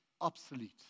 obsolete